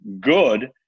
good